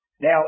Now